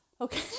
Okay